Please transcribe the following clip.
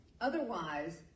otherwise